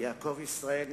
יעקב ישראל נאמן,